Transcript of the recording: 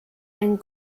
einen